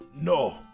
No